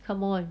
come on